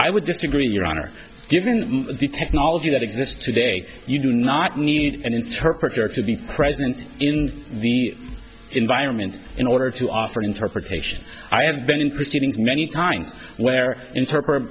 i would disagree your honor given the technology that exists today you do not need an interpreter to be present in the environment in order to offer interpretation i have been in proceedings many times where inter